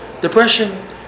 depression